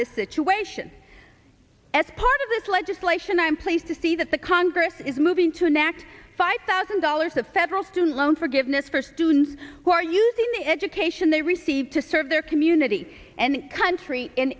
this legislation i'm pleased to see that the congress is moving to enact five thousand dollars of federal student loan forgiveness for students who are using the education they received to serve their community and country in